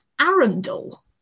Arundel